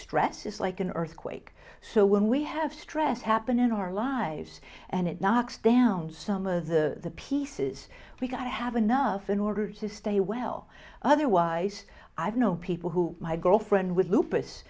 stress is like an earthquake so when we have stress happen in our lives and it knocks down some of the pieces because i have enough in order to stay well otherwise i've known people who my girlfriend with lupus